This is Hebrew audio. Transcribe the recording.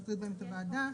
נטריד בהם את הוועדה,